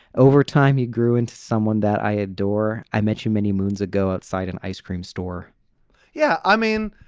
over time, he grew into someone that i adore. i met you many moons ago inside an ice cream store yeah. i mean,